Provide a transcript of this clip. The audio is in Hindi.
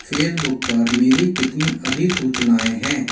फेसबुक पर मेरी कितनी अधीसूचनाएँ हैं